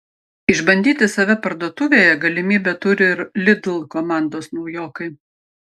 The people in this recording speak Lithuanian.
išbandyti save parduotuvėje galimybę turi ir lidl komandos naujokai